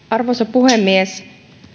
arvoisa puhemies